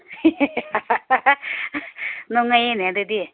ꯅꯨꯡꯉꯥꯏꯌꯦꯅꯦ ꯑꯗꯨꯗꯤ